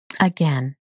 Again